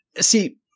See